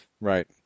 Right